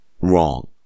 wrong